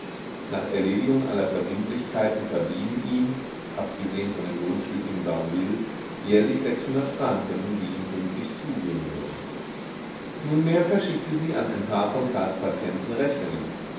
nach erledigung aller verbindlichkeiten verblieben ihm abgesehen von dem grundstück in barneville jährlich sechshundert franken die ihm pünktlich zugehen würden nunmehr verschickte sie an ein paar von karls patienten rechnungen